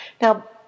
Now